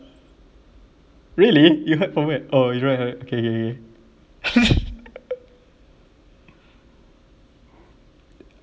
really you heard from where oh you never heard okay kay kay